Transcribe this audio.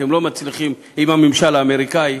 אתם לא מצליחים עם הממשל האמריקני,